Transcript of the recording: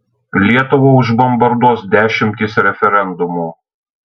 lietuvą užbombarduos dešimtys referendumų